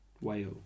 whale